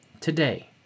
today